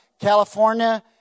California